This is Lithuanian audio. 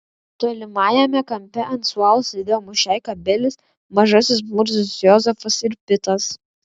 tolimajame kampe ant suolo sėdėjo mušeika bilis mažasis murzius jozefas ir pitas